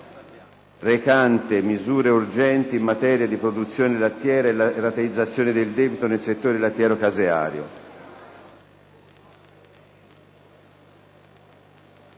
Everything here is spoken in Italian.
recante misure urgenti in materia di produzione lattiera e rateizzazione del debito nel settore lattiero-caseario***